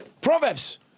Proverbs